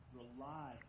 rely